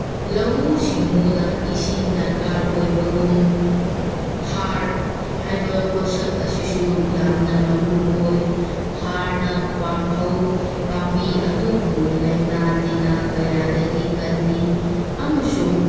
ꯂꯧꯎ ꯁꯤꯡꯎꯗ ꯏꯁꯤꯡ ꯗꯔꯀꯥꯔ ꯑꯣꯏꯕꯒꯨꯝ ꯍꯥꯔ ꯍꯥꯏꯕ ꯄꯣꯠꯁꯛ ꯑꯁꯤꯁꯨ ꯌꯥꯝꯅ ꯃꯔꯨ ꯑꯣꯏ ꯍꯥꯔꯅ ꯐꯧ ꯄꯥꯝꯕꯤ ꯑꯗꯨꯕꯨ ꯂꯥꯏꯅꯥ ꯇꯤꯟꯅꯥ ꯀꯌꯥꯗꯒꯤ ꯀꯜꯂꯤ ꯑꯃꯁꯨꯡ